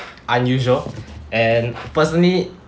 unusual and personally